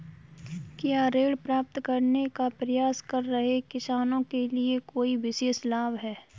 क्या ऋण प्राप्त करने का प्रयास कर रहे किसानों के लिए कोई विशेष लाभ हैं?